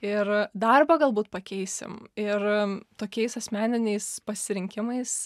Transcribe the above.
ir darbą galbūt pakeisim ir tokiais asmeniniais pasirinkimais